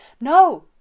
No